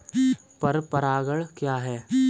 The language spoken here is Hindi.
पर परागण क्या है?